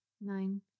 Nine